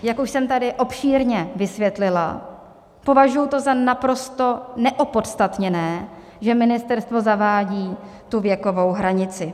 Jak už jsem tady obšírně vysvětlila, považuji to za naprosto neopodstatněné, že ministerstvo zavádí tu věkovou hranici.